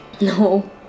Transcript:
No